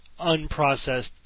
unprocessed